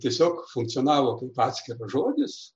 tiesiog funkcionavo kaip atskiras žodis